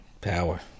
Power